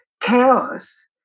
chaos